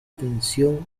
tensión